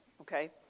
okay